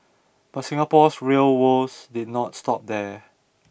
but Singapore's rail woes did not stop there